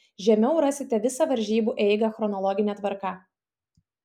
žemiau rasite visą varžybų eigą chronologine tvarka